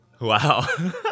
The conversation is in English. Wow